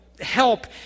help